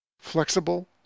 Flexible